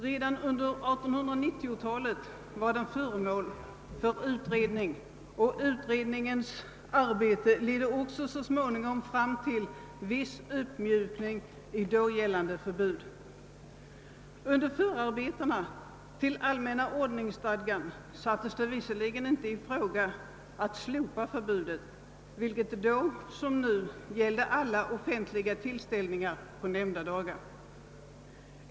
Redan under 1890-talet var den föremål för utredning, och utredningens arbete ledde även så småningom fram till viss uppmjukning i då gällande förbud. Under förarbetena till allmänna ordningsstadgan sattes det visserligen inte i fråga att slopa förbudet, vilket då som nu gällde alla offentliga tillställningar på nämnda dagar.